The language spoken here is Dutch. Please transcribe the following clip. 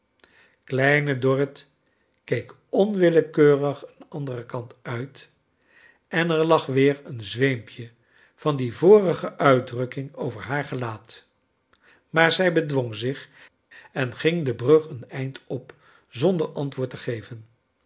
kleine dorrit keek onwillekeurig een anderen kant uit en er lag weer een zweempje van die vorige uitdrukking over haar gelaat maar zij bedwong zich en ging de brug een eind op zonder antwoord te geven